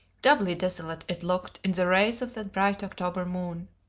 doubly desolate it looked in the rays of that bright october moon.